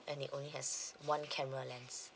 and it only has one camera lens